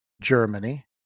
Germany